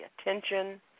attention